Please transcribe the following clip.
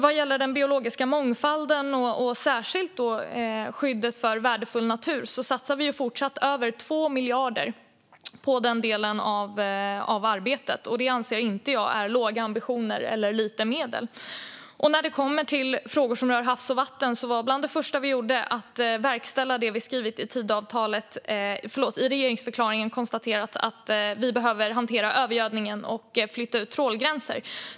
Vad gäller den biologiska mångfalden, och särskilt skyddet av värdefull natur, satsar vi över 2 miljarder på den delen av arbetet. Det anser jag inte är låga ambitioner eller lite medel. När det kommer till havs och vattenfrågor var bland det första vi gjorde att verkställa det vi skrivit i regeringsförklaringen där vi konstaterade att vi behöver hantera övergödningen och flytta ut trålgränser.